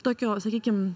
tokio sakykim